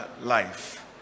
life